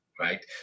Right